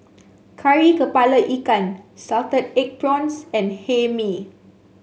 Kari kepala Ikan Salted Egg Prawns and Hae Mee